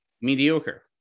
Mediocre